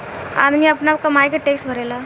आदमी आपन कमाई के टैक्स भरेला